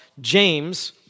James